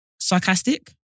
sarcastic